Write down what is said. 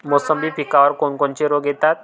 मोसंबी पिकावर कोन कोनचे रोग येतात?